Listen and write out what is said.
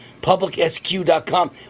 publicsq.com